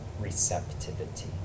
receptivity